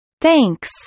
Thanks